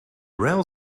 rail